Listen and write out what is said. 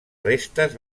restes